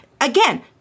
Again